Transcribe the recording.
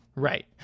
Right